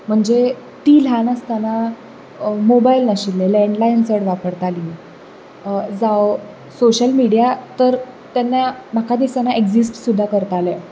म्हणजें तीं ल्हान आसतना मोबायल नाशिल्ले लॅण्डलायन्स चड वापरतालीं जावं सोशल मिडिया तर म्हाका दिसना तेन्ना एक्जिस्ट सुद्दां करताले